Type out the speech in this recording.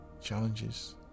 challenges